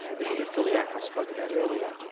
the haemophiliac i spoke about earlier,